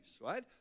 right